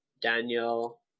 Daniel